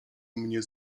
mnie